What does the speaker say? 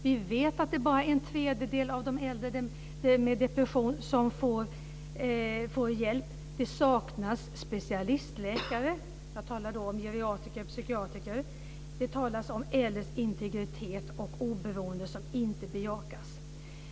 Vi vet att det är bara en tredjedel av de äldre med depression som får hjälp, att det saknas specialistläkare - jag talar då om geriatriker och psykiatriker - och att äldres integritet och oberoende inte bejakas.